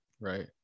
Right